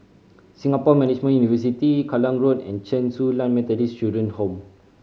Singapore Management University Kallang Road and Chen Su Lan Methodist Children's Home